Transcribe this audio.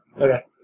Okay